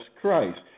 Christ